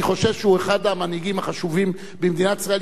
אני חושב שהוא אחד המנהיגים במדינת ישראל.